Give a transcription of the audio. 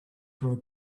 through